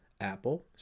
Apple